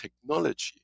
technology